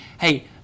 hey